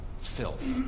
filth